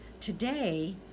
Today